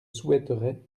souhaiterais